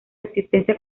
existencia